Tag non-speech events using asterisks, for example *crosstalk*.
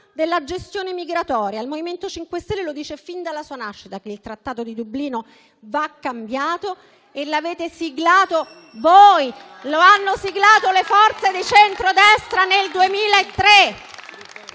della gestione migratoria. Il MoVimento 5 Stelle fin dalla sua nascita dice che il trattato di Dublino va cambiato e lo avete siglato voi, *applause* lo hanno siglato le forze di centrodestra nel 2003.